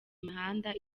imihanda